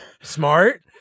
smart